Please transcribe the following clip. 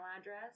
address